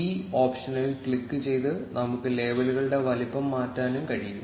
T ഓപ്ഷനിൽ ക്ലിക്കുചെയ്ത് നമുക്ക് ലേബലുകളുടെ വലുപ്പം മാറ്റാനും കഴിയും